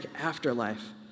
afterlife